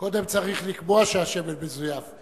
קודם צריך לקבוע שהשמן מזויף.